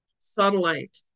satellite